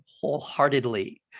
wholeheartedly